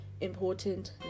important